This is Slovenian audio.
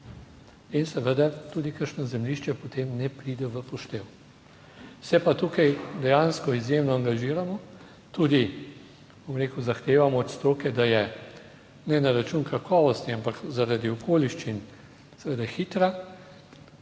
in seveda tudi kakšno zemljišče potem ne pride v poštev, se pa tukaj dejansko izjemno angažiramo, tudi bom rekel, zahtevamo od stroke, da je ne na račun kakovosti, ampak zaradi okoliščin seveda hitra,